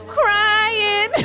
crying